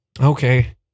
Okay